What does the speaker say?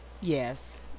Yes